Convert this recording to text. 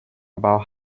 about